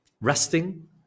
resting